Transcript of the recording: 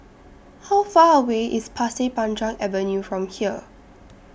How Far away IS Pasir Panjang Avenue from here